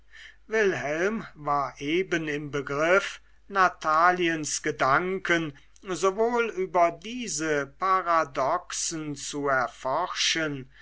wilhelm war eben im begriff nataliens gedanken sowohl über diese paradoxen zu erforschen